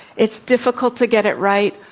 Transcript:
it's difficult to get it right.